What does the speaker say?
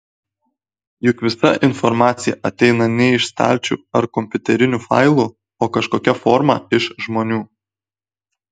juk visa informacija ateina ne iš stalčių ar kompiuterinių failų o kažkokia forma iš žmonių